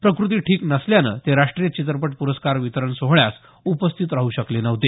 प्रकृती ठीक नसल्यामुळे ते राष्टीय चित्रपट प्रस्कार वितरण सोहळ्यास उपस्थित राहू शकले नव्हते